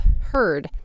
heard